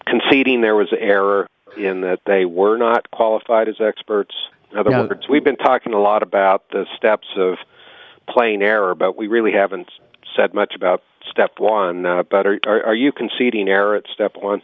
conceding there was error in that they were not qualified as experts we've been talking a lot about the steps of playing error but we really haven't said much about step one are you conceding error at step on